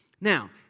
Now